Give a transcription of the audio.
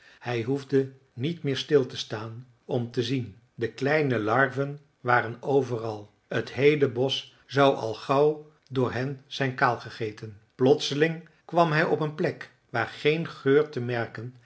hij hoefde niet meer stil te staan om te zien de kleine larven waren overal t heele bosch zou al gauw door hen zijn kaalgegeten plotseling kwam hij op een plek waar geen geur te merken